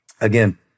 again